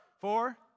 Four